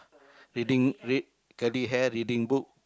reading read curly hair reading book